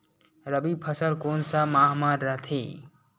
रबी फसल कोन सा माह म रथे?